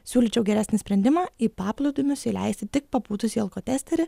siūlyčiau geresnį sprendimą į paplūdimius įleisti tik papūtus į alkotesterį